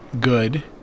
good